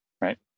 right